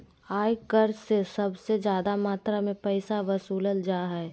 आय कर से सबसे ज्यादा मात्रा में पैसा वसूलल जा हइ